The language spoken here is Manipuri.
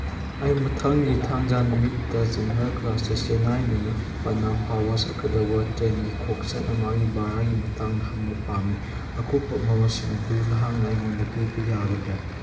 ꯑꯩ ꯃꯊꯪꯒꯤ ꯊꯥꯡꯖ ꯅꯨꯃꯤꯠꯇ ꯖꯦꯅꯦꯔꯦꯜ ꯀ꯭ꯂꯥꯁꯇ ꯆꯦꯅꯥꯏꯗꯒꯤ ꯄꯠꯅꯥ ꯐꯥꯎꯕ ꯆꯠꯀꯗꯕ ꯇ꯭ꯔꯦꯟꯒꯤ ꯈꯣꯡꯆꯠ ꯑꯃꯒꯤ ꯚꯔꯥꯒꯤ ꯃꯇꯥꯡꯗ ꯍꯪꯕ ꯄꯥꯝꯃꯤ ꯑꯀꯨꯞꯄ ꯃꯔꯣꯜꯁꯤꯡ ꯑꯗꯨ ꯅꯍꯥꯛꯅ ꯑꯩꯉꯣꯟꯗ ꯄꯤꯕ ꯌꯥꯒꯗ꯭ꯔꯥ